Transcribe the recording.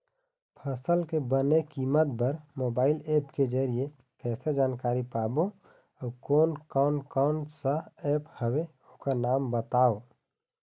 फसल के बने कीमत बर मोबाइल ऐप के जरिए कैसे जानकारी पाबो अउ कोन कौन कोन सा ऐप हवे ओकर नाम बताव?